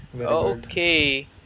Okay